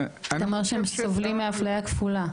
אתה אומר שהם סובלים מאפליה כפולה.